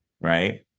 right